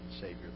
Savior